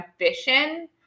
ambition